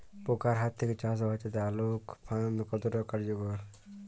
পোকার হাত থেকে চাষ বাচাতে আলোক ফাঁদ কতটা কার্যকর?